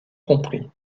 compris